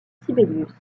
sibelius